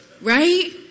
Right